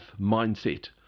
mindset